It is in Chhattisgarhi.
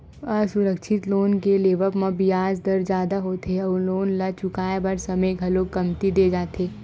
असुरक्छित लोन के लेवब म बियाज दर जादा होथे अउ लोन ल चुकाए बर समे घलो कमती दे जाथे